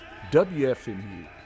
WFMU